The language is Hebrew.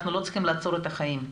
אנחנו לא צריכים לעצור את החיים,